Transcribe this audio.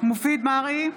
מופיד מרעי,